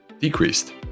decreased